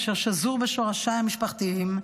אשר שזור בשורשיי המשפחתיים,